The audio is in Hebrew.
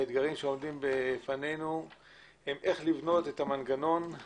האתגרים שעומדים בפנינו הם איך לבנות מנגנון